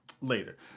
later